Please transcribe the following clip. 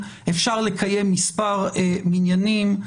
אפשר לקיים מספר מניינים,